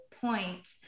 point